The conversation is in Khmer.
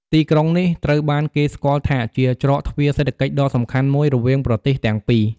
ទីក្រុងនេះត្រូវបានគេស្គាល់ថាជាច្រកទ្វារសេដ្ឋកិច្ចដ៏សំខាន់មួយរវាងប្រទេសទាំងពីរ។